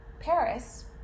Paris